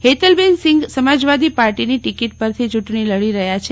હેતલબેન સિંઘ સમાજવાદી પાર્ટીની ટિકીટ પરથી યુટણી લડી રહ્યા છે